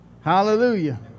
Hallelujah